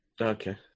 Okay